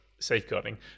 safeguarding